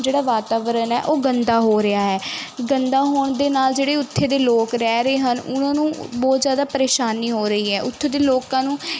ਜਿਹੜਾ ਵਾਤਾਵਰਣ ਹੈ ਉਹ ਗੰਦਾ ਹੋ ਰਿਹਾ ਹੈ ਗੰਦਾ ਹੋਣ ਦੇ ਨਾਲ ਜਿਹੜੇ ਉੱਥੇ ਦੇ ਲੋਕ ਰਹਿ ਰਹੇ ਹਨ ਉਹਨਾਂ ਨੂੰ ਬਹੁਤ ਜ਼ਿਆਦਾ ਪਰੇਸ਼ਾਨੀ ਹੋ ਰਹੀ ਹੈ ਉੱਥੋਂ ਦੇ ਲੋਕਾਂ ਨੂੰ